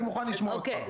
אני מוכן לשמוע אותך.